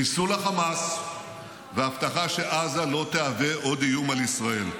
חיסול החמאס והבטחה שעזה לא תהווה עוד איום על ישראל.